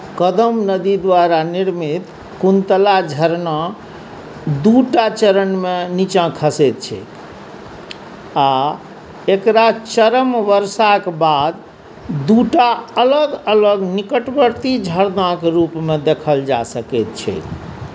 कदम नदी द्वारा निर्मित कुन्तला झरना दुइ टा चरणमे निचाँ खसैत छै आओर एकरा चरम वर्षाके बाद दुइ टा अलग अलग निकटवर्ती झरनाके रूपमे देखल जा सकै छै